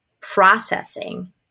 processing